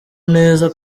neza